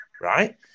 right